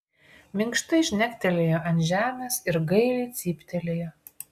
minkštai žnektelėjo ant žemės ir gailiai cyptelėjo